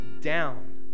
down